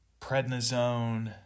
prednisone